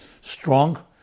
strong